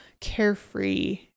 carefree